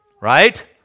right